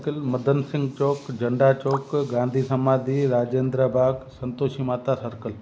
Madan Singh Chowk Jhanda Chowk Gandhi Samadhi Rajendra Bagh Santoshi Mata circle